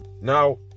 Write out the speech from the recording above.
now